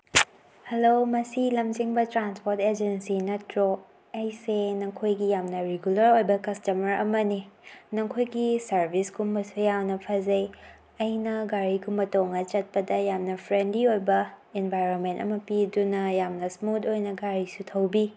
hello ꯃꯁꯤ ꯂꯝꯖꯤꯡꯕ transport agency ꯅꯠꯇ꯭ꯔꯣ ꯑꯩꯁꯦ ꯅꯈꯣꯏꯒꯤ ꯌꯥꯝꯅ ꯔꯤꯒꯨꯂꯔ ꯑꯣꯏꯕ ꯀꯁꯇꯃꯔ ꯑꯃꯅꯤ ꯅꯈꯣꯏꯒꯤ ꯁꯔꯚꯤꯁꯒꯨꯝꯕꯁꯦ ꯌꯥꯝꯅ ꯐꯖꯩ ꯑꯩꯅ ꯒꯥꯔꯤꯒꯨꯝꯕ ꯇꯣꯡꯉꯒ ꯆꯠꯄꯗ ꯌꯥꯝꯅ ꯐ꯭ꯔꯦꯟꯂꯤ ꯑꯣꯏꯕ ꯏꯟꯚꯥꯏꯔꯃꯦꯟ ꯑꯃ ꯄꯤꯗꯨꯅ ꯌꯥꯝꯅ ꯏꯁꯃꯨꯠ ꯑꯣꯏꯅ ꯒꯥꯔꯤꯁꯨ ꯊꯧꯕꯤ